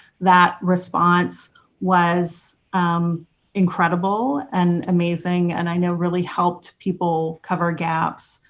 that response was um incredible and amazing and i know really helped people cover gaps.